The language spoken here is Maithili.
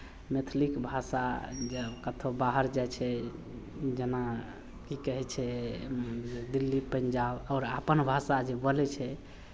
मैथिलीक भाषा जे कतहु बाहर जाइ छै जेना की कहै छै दिल्ली पंजाब आओर अपन भाषा जे बोलै छै